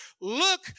Look